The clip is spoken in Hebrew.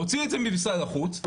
הוציא את זה ממשרד החוץ,